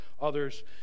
others